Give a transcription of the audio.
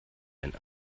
wenn